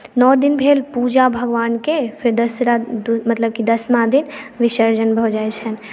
नओ दिन भेल पूजा भगवानके फेर दसरा मतलब कि दशमा दिन विसर्जन भऽ जाइत छनि